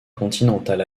continental